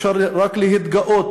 ואפשר רק להתגאות